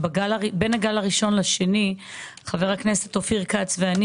בין הגל הראשון לגל השני של הקורונה חבר הכנסת אופיר כץ ואני